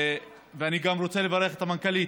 ואני גם רוצה לברך את המנכ"לית,